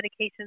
medications